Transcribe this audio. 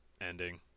ending